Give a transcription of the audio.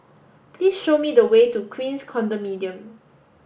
please show me the way to Queens Condominium